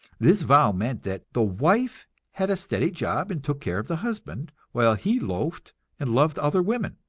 this vow meant that the wife had a steady job and took care of the husband, while he loafed and loved other women.